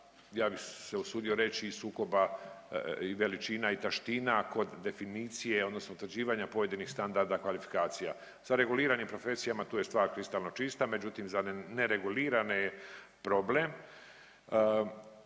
ja bih se usudio reći i sukoba veličina i taština kod definicije odnosno utvrđivanja pojedinih standarda kvalifikacija. Sa reguliranim profesijama tu je stvar kristalno čista, međutim za neregulirane je problem